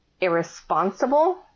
irresponsible